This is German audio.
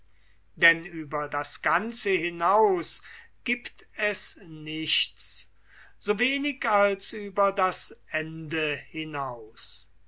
denn über das ganze hinaus gibt es nichts so wenig als über das ende hinaus